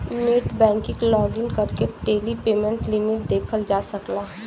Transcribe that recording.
net banking login करके daily payment limit देखल जा सकला